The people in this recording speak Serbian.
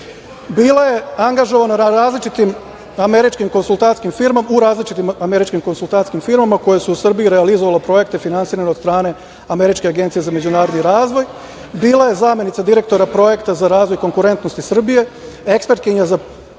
Bila je angažovana u različitim američkim konsultantskim firmama koje su u Srbiji realizovale projekte finansirane od strane Američke agencije za međunarodni razvoj. Bila je zamenica direktora Projekta za razvoj i konkurentnost Srbije, ekspertkinja na Programu